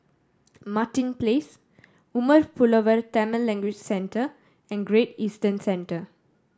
Martin Place Umar Pulavar Tamil Language Centre and Great Eastern Centre